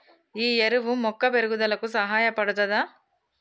ఈ ఎరువు మొక్క పెరుగుదలకు సహాయపడుతదా?